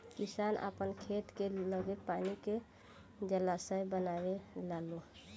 किसान आपन खेत के लगे पानी के जलाशय बनवे लालो